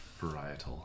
varietal